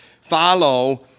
follow